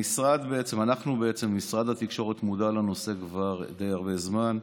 משרד התקשורת מודע לנושא כבר די הרבה זמן.